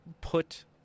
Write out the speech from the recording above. put